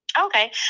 Okay